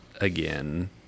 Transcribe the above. again